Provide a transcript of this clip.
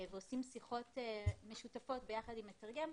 ועושים שיחות משותפות ביחד עם מתרגם.